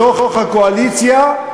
מתוך הקואליציה,